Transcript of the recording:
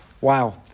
wow